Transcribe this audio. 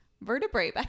Vertebrae